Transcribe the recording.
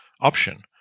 option